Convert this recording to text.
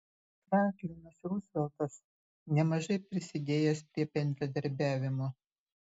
franklinas ruzveltas nemažai prisidėjęs prie bendradarbiavimo